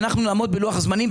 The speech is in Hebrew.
ואנחנו נעמוד בלוח הזמנים.